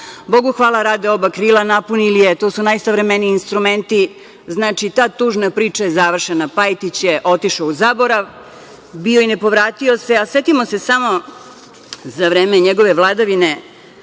Bogu hvala, rade oba krila, napunili je. To su najsavremeniji instrumenti. Znači, ta tužna priča je završena. Pajtić je otišao u zaborav, bio i nepovratio se. Setimo se samo za vreme njegove vladavine